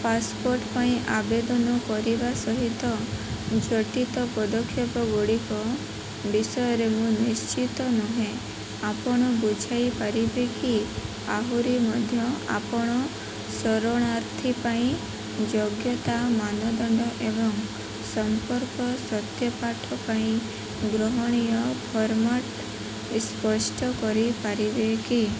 passport ପାଇଁ ଆବେଦନ କରିବା ସହିତ ଜଡ଼ିତ ପଦକ୍ଷେପ ଗୁଡ଼ିକ ବିଷୟରେ ମୁଁ ନିଶ୍ଚିତ ନୁହେଁ ଆପଣ ବୁଝାଇ ପାରିବେ କି ଆହୁରି ମଧ୍ୟ ଆପଣ ଶରଣାର୍ଥୀ ପାଇଁ ଯୋଗ୍ୟତା ମାନଦଣ୍ଡ ଏବଂ ସମ୍ପର୍କ ସତ୍ୟପାଠ ପାଇଁ ଗ୍ରହଣୀୟ ଫର୍ମାଟ୍ ସ୍ପଷ୍ଟ କରିପାରିବେ କି